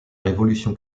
revolution